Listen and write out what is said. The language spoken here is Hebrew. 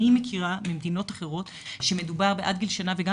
אני מכירה ממדינות אחרות שמדובר שעד גיל שנה וגם